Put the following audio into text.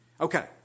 Okay